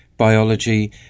biology